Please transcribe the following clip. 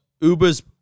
Uber's